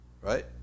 Right